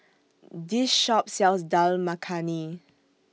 This Shop sells Dal Makhani